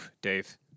Dave